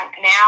now